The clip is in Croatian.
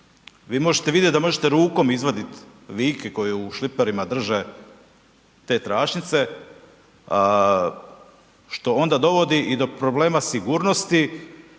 vi možete vidjet da možete rukom izvaditi vijke koje u šliperima drže te tračnice što onda dovodi i do problema sigurnosti